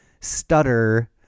stutter